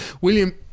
William